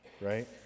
right